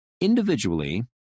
Individually